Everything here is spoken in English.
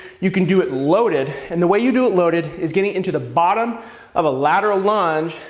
you can do it loaded. and the way you do it loaded, is getting into the bottom of a lateral lunge,